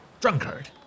drunkard